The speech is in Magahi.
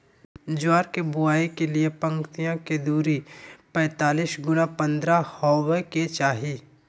ज्वार के बुआई के लिए पंक्तिया के दूरी पैतालीस गुना पन्द्रह हॉवे के चाही